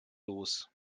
los